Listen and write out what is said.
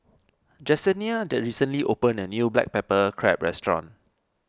Jessenia recently opened a new Black Pepper Crab restaurant